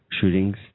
shootings